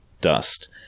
dust